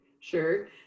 Sure